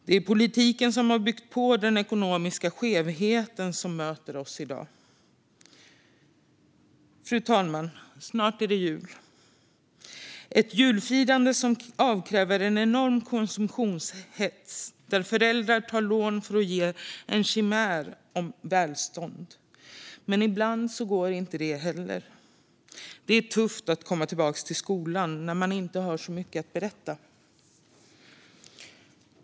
Det är politiken som har byggt på den ekonomiska skevhet som möter oss i dag. Fru talman! Snart är det jul. Det är ett julfirande som innebär en enorm konsumtionshets där föräldrar tar lån för att ge en chimär av välstånd. Men ibland går inte det heller. Det är tufft att komma tillbaka till skolan när man inte har så mycket att berätta.